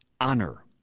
honor